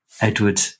Edward